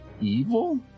evil